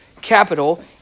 capital